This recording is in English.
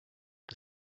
the